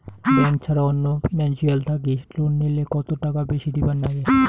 Bank ছাড়া অন্য financial থাকি লোন নিলে কতটাকা বেশি দিবার নাগে?